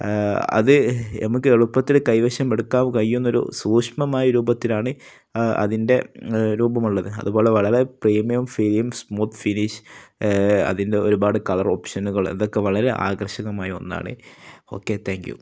അത് നമുക്ക് എളുപ്പത്തില് കൈവശം എടുക്കാൻ കഴിയുന്നൊരു സൂക്ഷ്മമായ രൂപത്തിലാണ് അതിൻ്റെ രൂപമുള്ളത് അതുപോലെ വളരെ പ്രീമിയം ഫീലിയും സ്മൂത്ത് ഫിനിഷ് അതിൻ്റെ ഒരുപാട് കളർ ഓപ്ഷനുകൾ അതൊക്കെ വളരെ ആകർഷകമായ ഒന്നാണ് ഓക്കെ താങ്ക്യൂ